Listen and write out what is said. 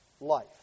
life